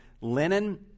linen